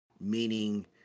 meaning